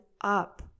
up